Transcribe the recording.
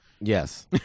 Yes